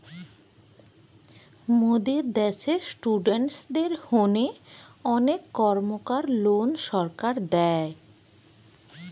মোদের দ্যাশে ইস্টুডেন্টদের হোনে অনেক কর্মকার লোন সরকার দেয়